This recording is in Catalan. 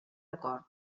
acord